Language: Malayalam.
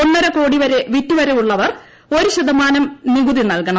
ഒന്നരകോടി വരെ വിറ്റു വരവുള്ളവർ ഒരു ശത്യമാന്റ് നികുതി നൽകണം